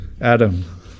Adam